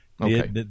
Okay